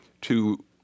to-